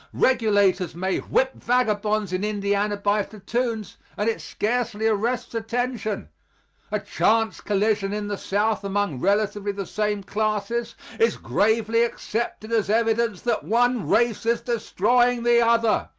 regulators may whip vagabonds in indiana by platoons and it scarcely arrests attention a chance collision in the south among relatively the same classes is gravely accepted as evidence that one race is destroying the other.